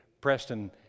Preston